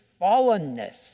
fallenness